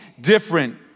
different